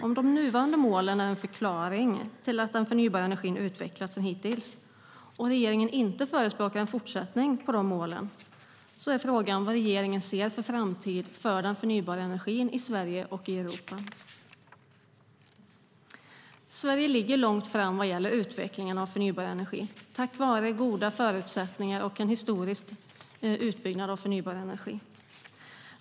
Om de nuvarande målen är en förklaring till att den förnybara energin utvecklas som hittills och regeringen inte förespråkar en fortsättning på de målen är frågan vad regeringen ser för framtid för den förnybara energin i Sverige och Europa. Sverige ligger långt fram vad gäller utvecklingen av förnybar energi, tack vare goda förutsättningar och en historisk utbyggnad av förnybar energi.